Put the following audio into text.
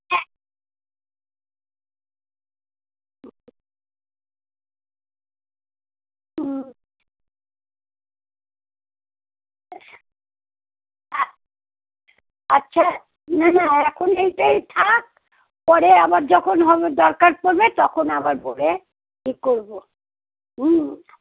আচ্ছা না না এখন এইটাই থাক পরে আবার যখন হবে দরকার পড়বে তখন আবার বলে ঠিক করবো হুম